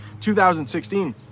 2016